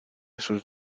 sus